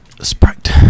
Sprite